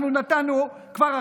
אנחנו נתנו כבר עכשיו,